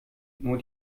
nur